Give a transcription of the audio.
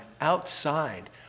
outside